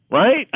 right.